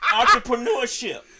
entrepreneurship